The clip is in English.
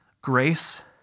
grace